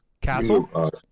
Castle